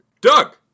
Doug